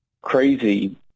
crazy